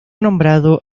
nombrado